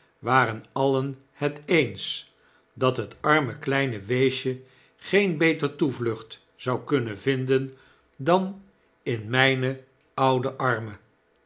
waren alien het eens dat het arme kleine weesje geen beter toevlucht zou kunnen vinden dan in myne oude armen